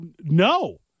No